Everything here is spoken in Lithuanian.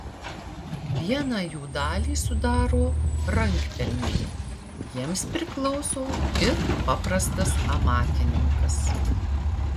vieną jų dalį sudaro rankpelniai jiems priklauso ir paprastas amatininkas